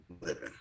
living